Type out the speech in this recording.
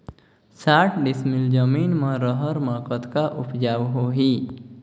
साठ डिसमिल जमीन म रहर म कतका उपजाऊ होही?